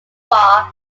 barr